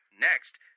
Next